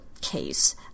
case